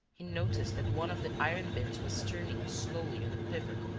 he noticed that one of the iron bins was turning slowly on a pivot,